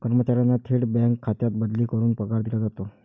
कर्मचाऱ्यांना थेट बँक खात्यात बदली करून पगार दिला जातो